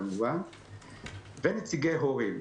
ונציגי הורים.